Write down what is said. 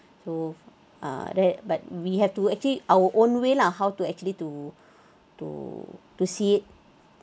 so ah that but we have to actually our own way lah how to actually to to to see it